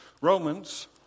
Romans